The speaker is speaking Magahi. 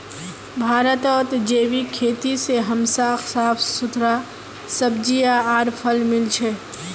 भारतत जैविक खेती से हमसाक साफ सुथरा सब्जियां आर फल मिल छ